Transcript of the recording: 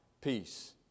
peace